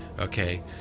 Okay